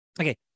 Okay